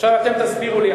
עכשיו אתם תסבירו לי,